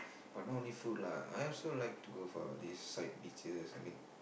but not only food lah I also like to go for this side beaches I mean